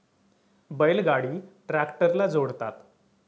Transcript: बैल गाडी ट्रॅक्टरला जोडतात